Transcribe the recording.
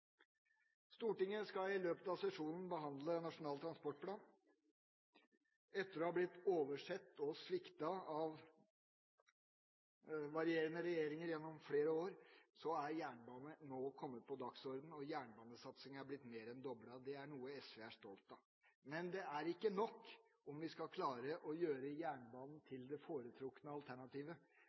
Stortinget skal i løpet av sesjonen behandle Nasjonal transportplan. Etter å ha blitt oversett og sviktet av varierende regjeringer gjennom flere år er jernbanen nå kommet på dagsordenen, og jernbanesatsinga er blitt mer enn doblet. Det er noe SV er stolt av. Men det er ikke nok om vi skal klare å gjøre jernbanen til det foretrukne alternativet.